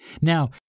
Now